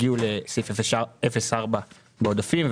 לסעיף 04 בעודפים,